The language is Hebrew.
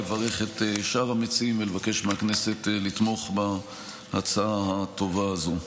לברך את שאר המציעים ולבקש מהכנסת לתמוך בהצעה הטובה הזו.